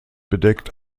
bedeckt